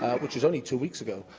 which is only two weeks ago,